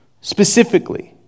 specifically